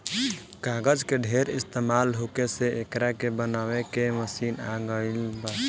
कागज के ढेर इस्तमाल होखे से एकरा के बनावे के मशीन आ गइल बा